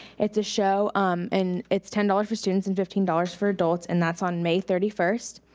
it's a show um and it's ten dollars for students and fifteen dollars for adults, and that's on may thirty first.